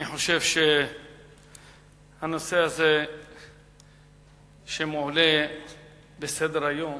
אני חושב שהנושא שמועלה על סדר-היום